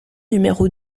numéro